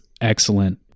excellent